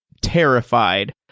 terrified